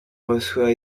reçoit